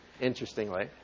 interestingly